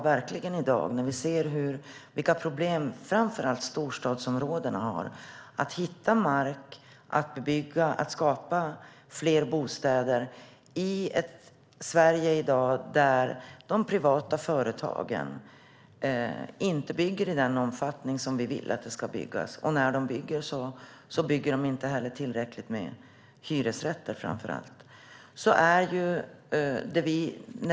Vi ser i dag vilka problem framför allt storstadsområdena har när det gäller att hitta mark att bebygga för att skapa fler bostäder i ett Sverige där de privata företagen inte bygger i den omfattning vi vill, och när de bygger bygger de inte tillräckligt med hyresrätter.